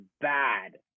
bad